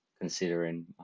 considering